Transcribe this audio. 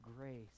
grace